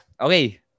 Okay